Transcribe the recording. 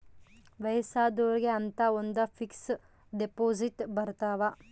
ವಯಸ್ಸಾದೊರ್ಗೆ ಅಂತ ಒಂದ ಫಿಕ್ಸ್ ದೆಪೊಸಿಟ್ ಬರತವ